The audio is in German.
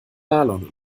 marlon